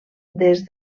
des